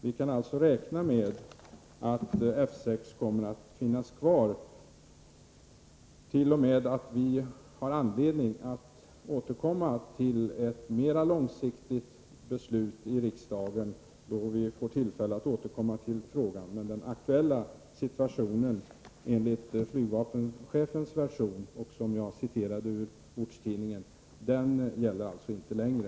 Vi kan alltså räkna med att F6 kommer att finnas kvar. Vi har t.o.m. anledning att fatta ett mera långsiktigt beslut i riksdagen då vi får tillfälle att återkomma till frågan. Men den aktuella situationen enligt flygvapenchefens version och som jag citerade ur ortstidningen gäller alltså inte längre.